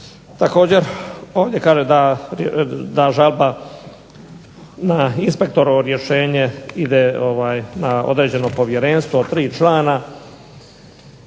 Također ovdje kaže da žalba na inspektorovo rješenje ide na određeno povjerenstvo, tri člana